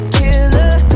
killer